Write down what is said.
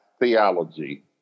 Theology